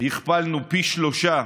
הכפלנו פי שלושה